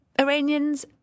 Iranians